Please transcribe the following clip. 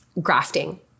grafting